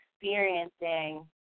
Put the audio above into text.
experiencing